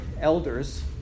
elders